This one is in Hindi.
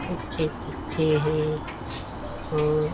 अच्छे पक्षी हैं और